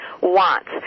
wants